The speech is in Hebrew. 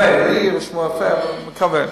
לי רשמו אלפי, אלפי דפי